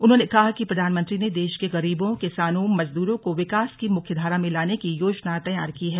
उन्होंने कहा कि प्रधानमंत्री ने देश के गरीबों किसानों मजदूरों को विकास की मुख्यधारा में लाने की योजना तैयार की है